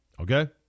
Okay